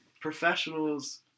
professionals